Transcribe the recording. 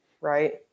Right